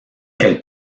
elle